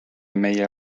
meie